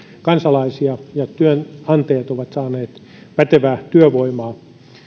kansalaisia ja työnantajat ovat saaneet pätevää työvoimaa